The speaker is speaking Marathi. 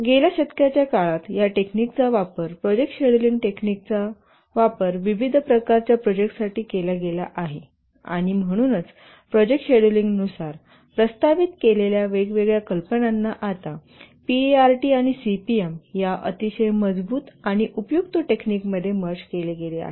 गेल्या शतकाच्या काळात या टेक्निकचा वापर प्रोजेक्ट शेड्यूलिंग टेक्निकचा वापर विविध प्रकारच्या प्रोजेक्टसाठी केला गेला आहे आणि म्हणूनच प्रोजेक्ट शेड्यूलिंगनुसार प्रस्तावित केलेल्या वेगवेगळ्या कल्पनांना आता पीईआरटी आणि सीपीएम या अतिशय मजबूत आणि उपयुक्त टेक्निकमध्ये मर्ज केले गेले आहे